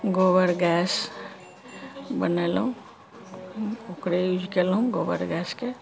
गोबर गैस बनेलहुँ ओकरे यूज केलहुँ गोबर गैसके